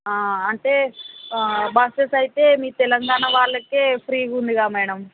అంటే బస్సెస్ అయితే మీ తెలంగాణ వాళ్ళకు ఫ్రీ ఉంది మ్యాడమ్